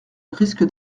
risque